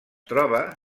troba